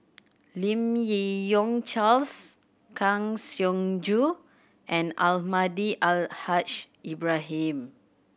Lim Yi Yong Charles Kang Siong Joo and Almahdi Al Haj Ibrahim